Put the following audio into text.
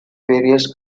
various